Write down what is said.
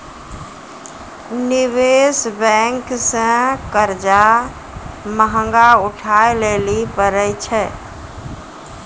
निवेश बेंक से कर्जा महगा उठाय लेली परै छै